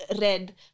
red